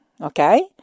okay